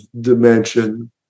dimension